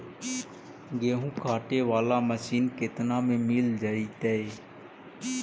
गेहूं काटे बाला मशीन केतना में मिल जइतै?